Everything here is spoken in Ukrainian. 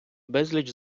безліч